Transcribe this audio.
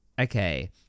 okay